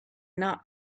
not